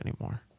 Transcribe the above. anymore